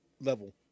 level